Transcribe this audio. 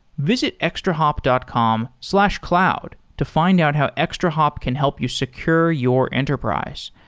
visit extrahop dot com slash cloud to find out how extrahop can help you secure your enterprise.